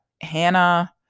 Hannah